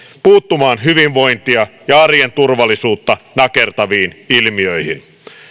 puuttumaan hyvinvointia ja arjen turvallisuutta nakertaviin ilmiöihin